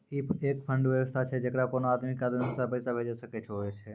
ई एक फंड के वयवस्था छै जैकरा कोनो आदमी के आदेशानुसार पैसा भेजै सकै छौ छै?